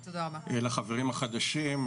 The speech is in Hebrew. לחברים החדשים,